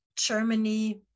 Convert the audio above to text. Germany